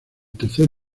tercer